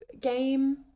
game